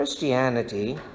Christianity